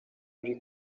uri